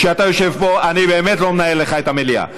כשאתה יושב פה אני באמת לא מנהל לך את המליאה.